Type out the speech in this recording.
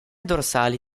dorsali